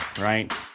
Right